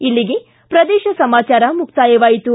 ಇಲ್ಲಿಗೆ ಪ್ರದೇಶ ಸಮಾಚಾರ ಮುಕ್ತಾಯವಾಯಿತು